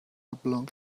oblong